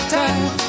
time